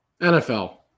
NFL